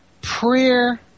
Prayer